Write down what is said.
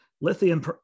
Lithium